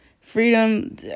freedom